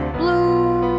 blue